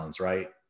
Right